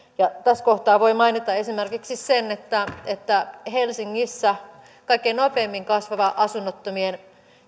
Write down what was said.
tässä kohtaa voi mainita esimerkiksi sen että että helsingissä kaikkein nopeimmin kasvava asunnottomien